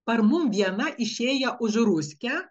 par mum viena išėja už ruskia